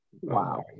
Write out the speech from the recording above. Wow